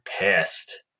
pissed